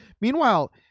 Meanwhile